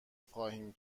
خواهیم